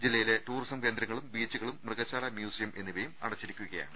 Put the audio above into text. ജില്ലയിലെ ടൂറിസം കേന്ദ്രങ്ങളും ബീച്ചുകളും മൃഗ ശാല മ്യൂസിയം എന്നിവയും അടച്ചിരിക്കുകയാണ്